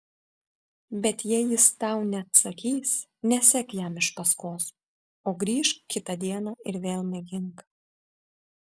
bet jei jis tau neatsakys nesek jam iš paskos o grįžk kitą dieną ir vėl mėgink